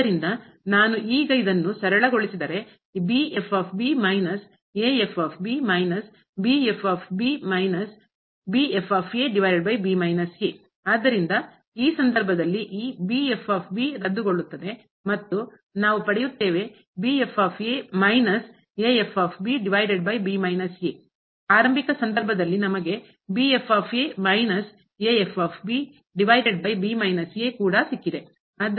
ಆದ್ದರಿಂದ ನಾನು ಈಗ ಇದನ್ನು ಸರಳಗೊಳಿಸಿದರೆ ಆದ್ದರಿಂದ ಈ ಸಂದರ್ಭದಲ್ಲಿ ಈ ರದ್ದುಗೊಳ್ಳುತ್ತದೆ ಮತ್ತು ನಾವು ಪಡೆಯುತ್ತೇವೆ ಆರಂಭಿಕ ಸಂದರ್ಭದಲ್ಲಿ ನಮಗೆ ಕೂಡ ಸಿಕ್ಕಿದೆ